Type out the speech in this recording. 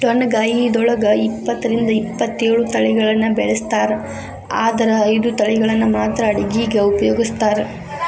ಡೊಣ್ಣಗಾಯಿದೊಳಗ ಇಪ್ಪತ್ತರಿಂದ ಇಪ್ಪತ್ತೇಳು ತಳಿಗಳನ್ನ ಬೆಳಿಸ್ತಾರ ಆದರ ಐದು ತಳಿಗಳನ್ನ ಮಾತ್ರ ಅಡುಗಿಗ ಉಪಯೋಗಿಸ್ತ್ರಾರ